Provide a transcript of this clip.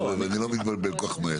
ואני לא מתבלבל כל כך מהר.